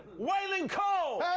waylon cole!